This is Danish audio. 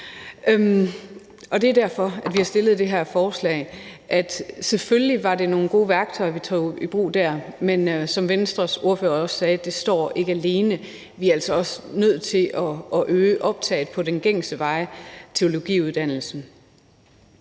og det er derfor, vi har fremsat det her forslag. Og selvfølgelig var det nogle gode værktøjer, vi tog i brug dér, men som Venstres ordfører også sagde, står det ikke alene. Vi er altså også nødt til at øge optaget til den gængse vej, teologiuddannelsen.